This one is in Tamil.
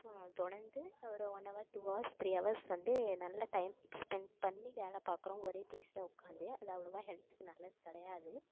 தொடர்ந்து ஒரு one hour two hours three hours வந்து நல்ல டைம் ஸ்பெண்ட் பண்ணி வேலை பார்க்குறோம் ஒரே பிளேஸில் உட்காந்தே அது அவ்ளோவாக ஹெல்த்துக்கு நல்லது கிடையாது